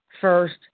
first